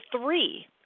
three